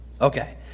Okay